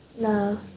No